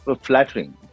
flattering